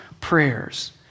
prayers